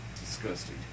Disgusting